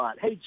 Hey